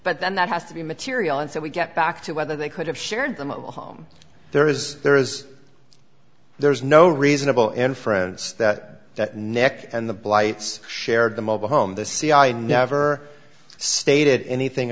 but then that has to be material and so we get back to whether they could have shared the mobile home there is there is there is no reasonable inference that that neck and the blights shared the mobile home the c i never stated anything